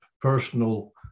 personal